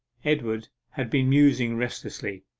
edward had been musing restlessly.